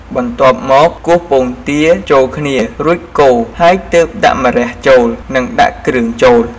បន្ទាប់មក គោះពង់ទាចូលគ្នារួចកូរ ហើយទើបដាក់ម្រះចូល និងដាក់គ្រឿងចូល។